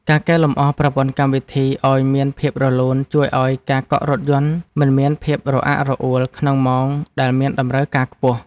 ការកែលម្អប្រព័ន្ធកម្មវិធីឱ្យមានភាពរលូនជួយឱ្យការកក់រថយន្តមិនមានភាពរអាក់រអួលក្នុងម៉ោងដែលមានតម្រូវការខ្ពស់។